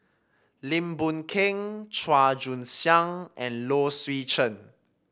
Lim Boon Keng Chua Joon Siang and Low Swee Chen